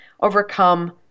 overcome